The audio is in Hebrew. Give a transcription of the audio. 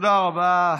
תודה רבה.